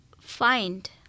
find